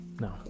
No